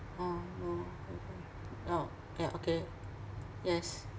oh oh oh ya okay yes